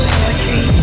poetry